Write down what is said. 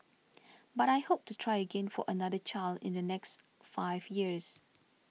but I hope to try again for another child in the next five years